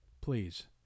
Please